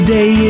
Day